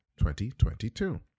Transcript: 2022